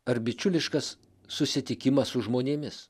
ar bičiuliškas susitikimas su žmonėmis